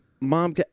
mom